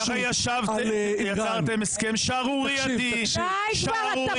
-- ככה יצרתם הסכם שערורייתי שערורייתי,